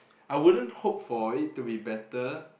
I wouldn't hope for it to be better